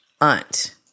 aunt